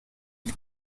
for